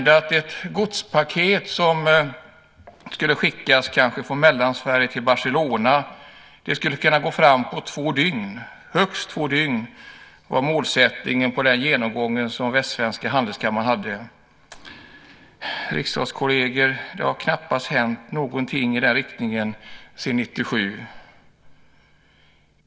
Ett godspaket som skulle skickas från Mellansverige till Barcelona skulle komma fram på högst två dygn. Riksdagskolleger! Det har knappt hänt något i den riktningen sedan 1997.